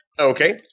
Okay